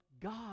God